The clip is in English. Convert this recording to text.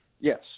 Yes